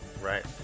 Right